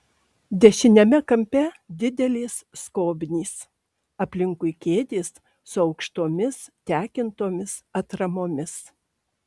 dešiniame kampe didelės skobnys aplinkui kėdės su aukštomis tekintomis atramomis